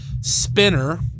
Spinner